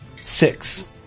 six